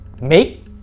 make